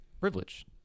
privilege